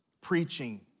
preaching